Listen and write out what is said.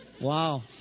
Wow